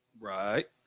Right